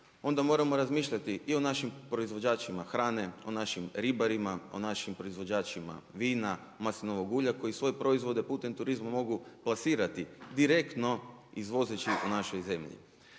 onda moramo razmišljati i o našim proizvođačima hrane, o našim ribarima, o našim proizvođačima vina, maslinovog ulja koji svoje proizvode putem turizma mogu plasirati direktno izvozeći u našoj zemlji.